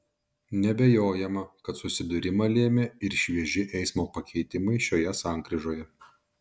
neabejojama kad susidūrimą lėmė ir švieži eismo pakeitimai šioje sankryžoje